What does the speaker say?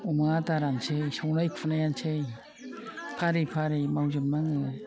अमा आदारानोसै संनाय खुरनायानोसै फारि फारि मावजोबनाङो